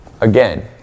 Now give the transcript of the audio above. Again